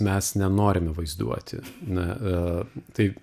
mes nenorime vaizduoti na a tai